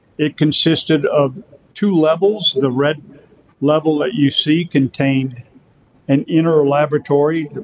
it consisted of two levels, the red level that you see contained an inner laboratory,